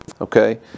Okay